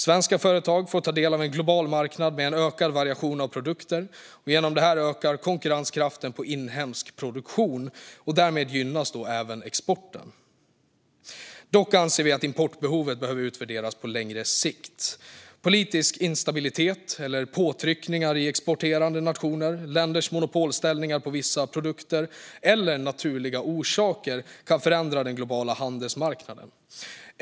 Svenska företag får ta del av en global marknad med en ökad variation av produkter. Genom det ökar konkurrenskraften i inhemsk produktion. Därmed gynnas även exporten. Vi anser dock att importbehovet behöver utvärderas på längre sikt. Politisk instabilitet eller påtryckningar i exporterande nationer, länders monopolställningar när det gäller vissa produkter eller naturliga orsaker kan förändra den globala handelsmarknaden.